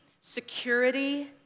security